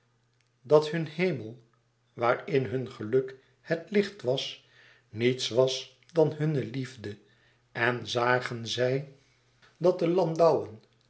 dat hun hemel waarin hun geluk het licht was niets was dan hunne liefde en zagen zij dat de landouwen